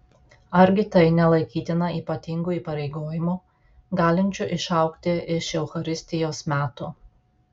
argi tai nelaikytina ypatingu įpareigojimu galinčiu išaugti iš eucharistijos metų